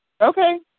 Okay